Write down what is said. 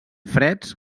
freds